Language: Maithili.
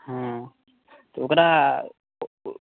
हँ तऽ ओकरा ओ ओ